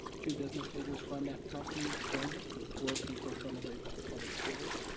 two business leaders from that company joined us with four people from the great falls public schools.